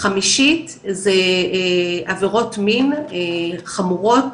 חמישית זה עבירות מין חמורות,